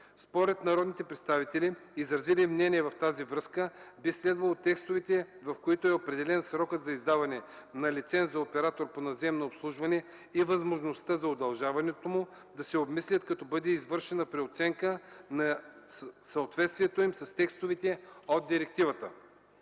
Според народните представители, изразили мнение в тази връзка, би следвало текстовете, в които е определен срокът за издаването на лиценз за оператор по наземно обслужване и възможността за удължаването му, да се обмислят като бъде извършена преценка на съответствието им с текстовете от директивата.